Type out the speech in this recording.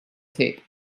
tape